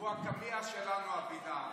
הוא הקמע שלנו, אבידר.